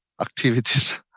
activities